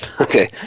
okay